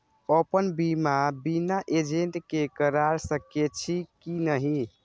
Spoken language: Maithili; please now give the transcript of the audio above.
अपन बीमा बिना एजेंट के करार सकेछी कि नहिं?